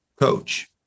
coach